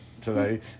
today